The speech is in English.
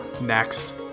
next